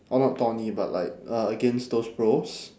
or not tourney but like uh against those pros